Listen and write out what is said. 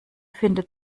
findet